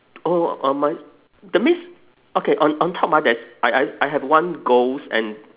oh uh my that means okay on on top ah there's I I I have one ghost and